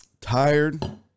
Tired